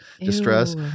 distress